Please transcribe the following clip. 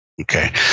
Okay